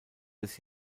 des